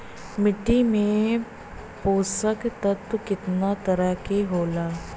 मिट्टी में पोषक तत्व कितना तरह के होला?